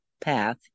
path